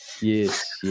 Yes